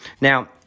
Now